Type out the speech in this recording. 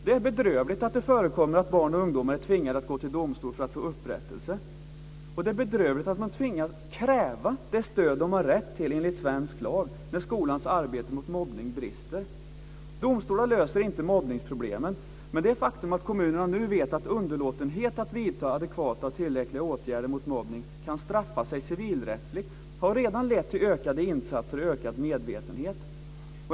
Det är bedrövligt att det förekommer att barn och ungdomar är tvingade att gå till domstol för att få upprättelse. Det är också bedrövligt att de tvingas kräva det stöd de har rätt till enligt svensk lag när skolans arbete mot mobbning brister. Domstolar löser inte mobbningsproblemen. Men det faktum att kommunerna nu vet att underlåtenhet att vidta adekvata och tillräckliga åtgärder mot mobbning kan straffa sig civilrättsligt har redan lett till ökade insatser och ökad medvetenhet.